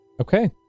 Okay